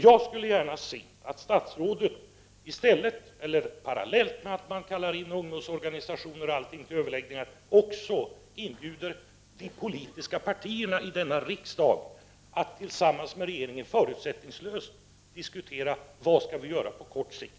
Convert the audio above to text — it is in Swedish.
Jag skulle gärna se att statsrådet parallellt med att man kallar in ungdomsorganisationer och andra för överläggningar också inbjuder de politiska partierna i denna riksdag att tillsammans med regeringen förutsättningslöst diskutera vad som skall göras på kort sikt.